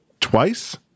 Twice